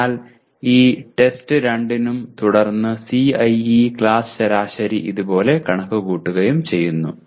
അതിനാൽ ഈ ടെസ്റ്റ് 2 നും തുടർന്ന് CIE ക്ലാസ് ശരാശരി ഇതുപോലെ കണക്കുകൂട്ടുന്നു